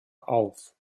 auf